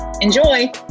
Enjoy